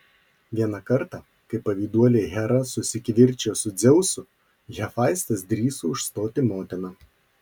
vieną kartą kai pavyduolė hera susikivirčijo su dzeusu hefaistas drįso užstoti motiną